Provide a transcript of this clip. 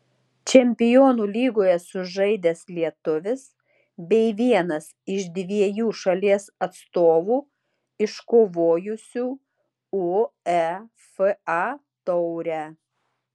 čempionų lygoje sužaidęs lietuvis bei vienas iš dviejų šalies atstovų iškovojusių uefa taurę